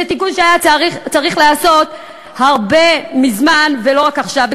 זה תיקון שהיה צריך להיעשות מזמן, לא רק עכשיו.